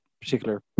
particular